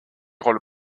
rôles